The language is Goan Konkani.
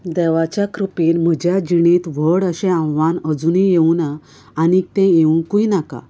देवाच्या कृपेन म्हज्या जिणेंत व्हड अशें आव्हान अजुनीय येवंक ना आनी तें येवकूय नाका